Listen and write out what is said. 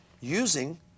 using